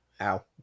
Ow